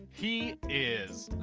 he is.